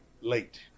late